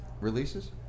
Releases